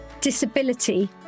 Disability